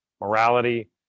morality